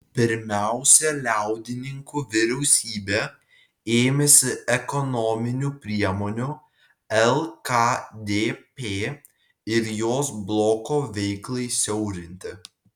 pirmiausia liaudininkų vyriausybė ėmėsi ekonominių priemonių lkdp ir jos bloko veiklai siaurinti